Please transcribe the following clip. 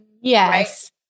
Yes